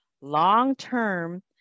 long-term